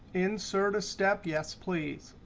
insert a step. yes, please.